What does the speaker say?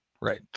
right